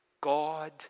God